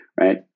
right